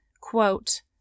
quote